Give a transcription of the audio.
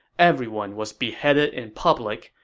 everyone was beheaded in public,